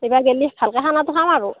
এইবাৰ গ'লে ভালকৈ খানাটো খাম আৰু